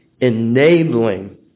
enabling